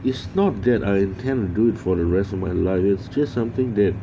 it's not that I intend do it for the rest of my life it's just something that